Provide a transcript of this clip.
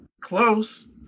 close